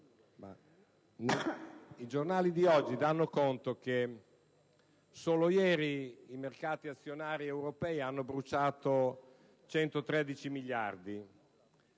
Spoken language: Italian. i giornali di oggi dicono che solo ieri i mercati azionari europei hanno bruciato 113 miliardi